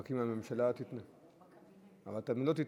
רק אם הממשלה תתנגד, אבל אתם לא תתנגדו,